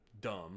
Dumb